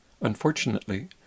Unfortunately